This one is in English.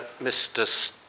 Mr